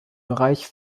bereich